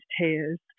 tears